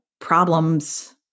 problems